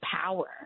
power